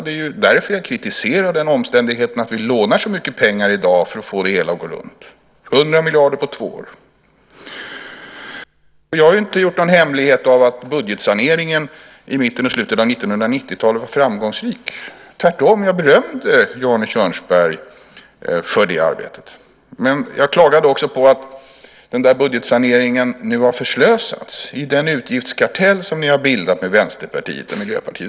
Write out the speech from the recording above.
Det är ju därför jag kritiserar den omständigheten att vi lånar så mycket pengar i dag för att få det hela att gå runt; 100 miljarder kronor på två år. Jag har inte gjort någon hemlighet av att budgetsaneringen i mitten och slutet av 1990-talet var framgångsrik. Tvärtom berömde jag ju Arne Kjörnsberg för det arbetet. Men jag klagade också på att den där budgetsaneringen nu har förslösats i den utgiftskartell som ni har bildat med Vänsterpartiet och Miljöpartiet.